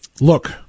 Look